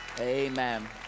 amen